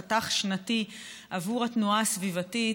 חתך שנתי עבור התנועה הסביבתית,